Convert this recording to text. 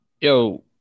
Yo